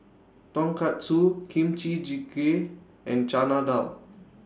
Tonkatsu Kimchi Jjigae and Chana Dal